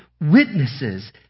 witnesses